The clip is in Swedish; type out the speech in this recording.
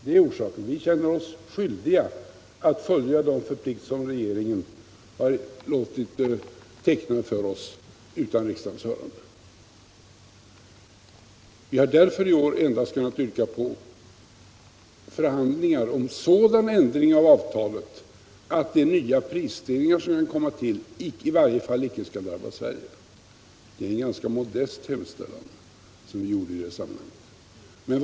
Det är orsaken; vi känner oss skyldiga att uppfylla de förpliktelser i avtalet som regeringen nu har låtit teckna för oss utan riksdagens hörande. Vi har i år endast kunnat yrka på förhandlingar om sådan ändring av avtalet, att de nya prisstegringar som kan tillkomma i varje fall icke skall drabba Sverige. Det är en ganska modest hemställan, som vi gjorde i det sammanhanget.